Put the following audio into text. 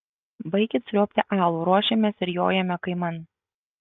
baikit sriuobti alų ruošiamės ir jojame kaiman